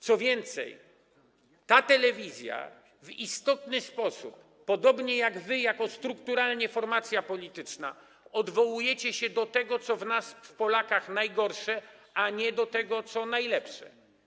Co więcej, ta telewizja w istotny sposób, podobnie jak wy jako formacja polityczna, odwołuje się do tego, co w nas, Polakach, najgorsze, a nie do tego, co najlepsze.